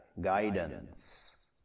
guidance